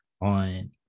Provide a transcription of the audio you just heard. On